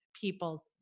people